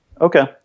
okay